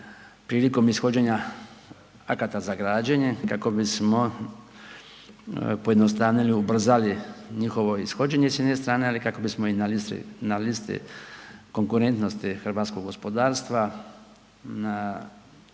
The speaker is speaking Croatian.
prilikom ishođenja akata za građenje kako bismo pojednostavnili, ubrzali njihovo ishođenje s jedne strane, ali i kako bismo na listi, na listi konkurentnosti hrvatskog gospodarstva